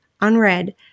unread